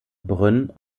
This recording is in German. brünn